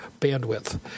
bandwidth